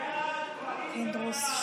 סעיף 1 נתקבל.